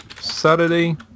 Saturday